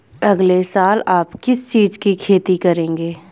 अगले साल आप किस चीज की खेती करेंगे?